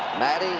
matte